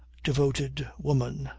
devoted woman.